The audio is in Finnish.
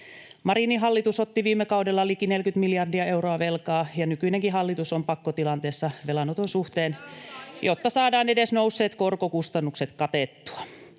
Marinin hallitus otti viime kaudella liki 40 miljardia euroa velkaa, ja nykyinenkin hallitus on pakkotilanteessa velanoton suhteen, jotta saadaan edes nousseet korkokustannukset katettua.